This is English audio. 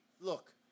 Look